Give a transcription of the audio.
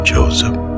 Joseph